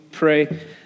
pray